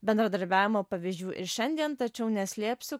bendradarbiavimo pavyzdžių ir šiandien tačiau neslėpsiu